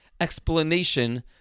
explanation